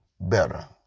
better